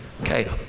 Okay